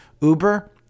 Uber